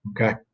Okay